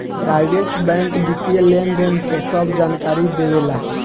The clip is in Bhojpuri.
प्राइवेट बैंक वित्तीय लेनदेन के सभ जानकारी देवे ला